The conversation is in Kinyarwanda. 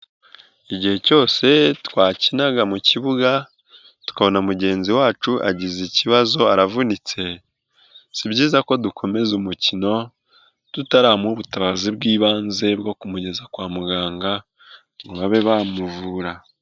Igihe cyose twakinaga mu kibuga tukana mugenzi wacu agize ikibazo aravunitse, si byiza ko dukomeza umukino tutaramuha ubutabazi bw'ibanze bwo kumugeza kwa muganga ngo babe bamuvura.